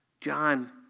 John